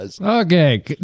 okay